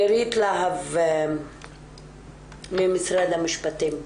נירית להב ממשרד המשפטים,